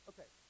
Okay